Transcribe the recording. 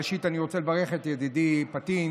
ראשית אני רוצה לברך את ידידי פטין,